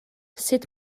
sut